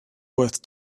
worth